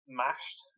mashed